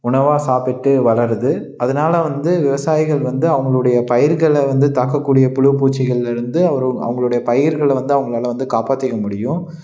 உணவாக சாப்பிட்டு வளருது அதனால வந்து விவசாயிகள் வந்து அவங்களுடைய பயிர்களை வந்து தாக்கக்கூடிய புழு பூச்சிகள்லிருந்து அவரு அவங்களோடைய பயிர்களை வந்து அவங்களால காப்பாற்றிக்க முடியும்